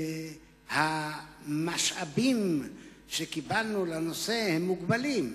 המשאבים שקיבלנו לנושא מוגבלים,